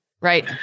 Right